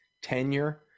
tenure